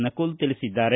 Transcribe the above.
ನಕುಲ್ ತಿಳಿಸಿದ್ದಾರೆ